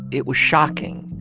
it was shocking.